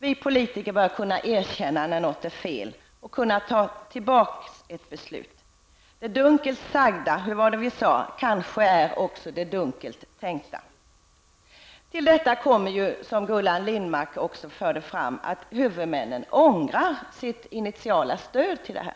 Vi politiker bör kunna erkänna när något är fel och kunna ta tillbaka ett beslut. Det dunkelt sagda kanske också är det dunkelt tänkta. Till detta kommer ju, som Gullan Lindblad också framförde, att huvudmännen ångrar sitt initiala stöd för detta.